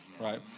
right